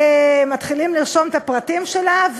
מתחילים לרשום את הפרטים שלה,